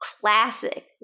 Classic